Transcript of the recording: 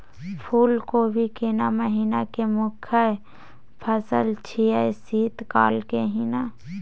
फुल कोबी केना महिना के मुखय फसल छियै शीत काल के ही न?